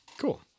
Cool